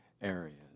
areas